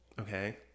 okay